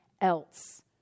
else